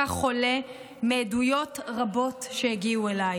כך עולה מעדויות רבות שהגיעו אליי.